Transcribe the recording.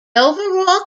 overall